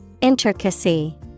Intricacy